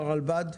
מר רלב"ד?